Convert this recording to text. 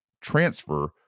transfer